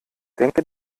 denke